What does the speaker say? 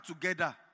together